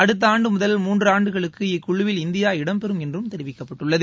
அடுத்த ஆண்டு முதல் மூன்று ஆண்டுகளுக்கு இக்குழுவில் இந்தியா இடம்பெறும் என்றும் தெரிவிக்கப்பட்டுள்ளது